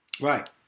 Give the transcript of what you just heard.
Right